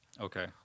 okay